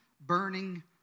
burning